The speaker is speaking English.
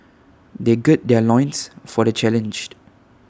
they gird their loins for the challenge